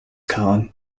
card